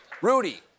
Rudy